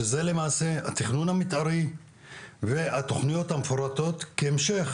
שזה למעשה התכנון המתארי והתוכניות המפורטות כהמשך